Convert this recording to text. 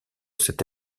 cet